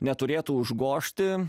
neturėtų užgožti